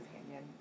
opinion